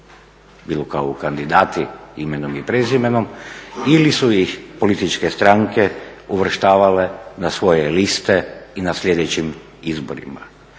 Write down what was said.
bilo kao kandidati imenom i prezimenom ili su ih političke stranke uvrštavale na svoje liste i na sljedećim izborima.